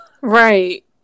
right